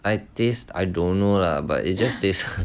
I taste I don't know lah but it just taste